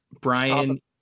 Brian